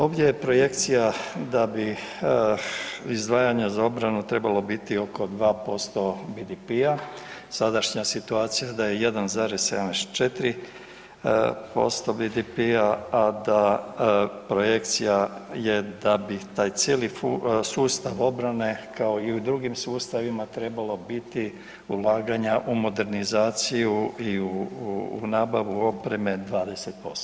Ovdje je projekcija da bi izdvajanja za obranu trebalo biti oko 2% BDP-a, sadašnja situacija da je 1,74% BDP-a, a da projekcija je da bi taj cijeli sustav obrane kao i u drugim sustavima trebalo biti ulaganja u modernizaciju i u nabavu opreme 20%